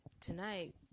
tonight